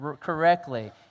correctly